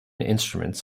instruments